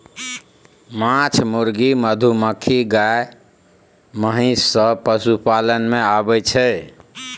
माछ, मुर्गी, मधुमाछी, गाय, महिष सब पशुपालन मे आबय छै